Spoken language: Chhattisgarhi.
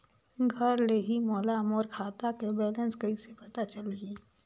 घर ले ही मोला मोर खाता के बैलेंस कइसे पता चलही?